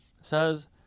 says